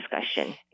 discussion